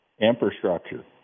infrastructure